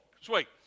sweet